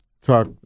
talk